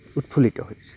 উৎফুল্লিত হৈ আছে